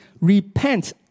repent